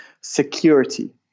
security